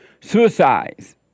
suicides